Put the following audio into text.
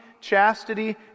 chastity